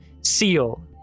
seal